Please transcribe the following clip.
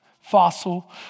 fossil